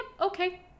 okay